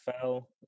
fell